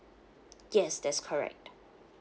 yes that's correct